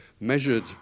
measured